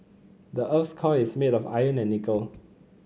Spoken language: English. the earth's core is made of iron and nickel